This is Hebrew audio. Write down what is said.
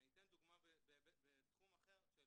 אני אתן דוגמה בתחום אחר של